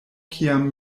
kiam